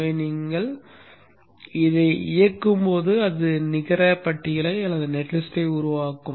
எனவே நீங்கள் இதை இயக்கும்போது அது நிகர பட்டியலை உருவாக்கும்